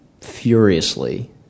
furiously